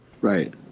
Right